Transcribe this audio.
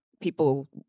people